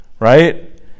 Right